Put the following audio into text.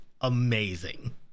amazing